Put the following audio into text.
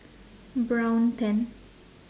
brown tent